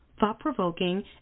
thought-provoking